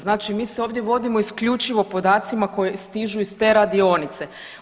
Znači mi se ovdje vodimo isključivo podacima koji stižu iz te radionice.